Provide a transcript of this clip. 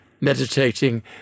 meditating